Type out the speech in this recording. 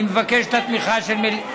אני מבקש את התמיכה של המליאה.